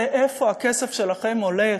לאן הכסף שלכם הולך,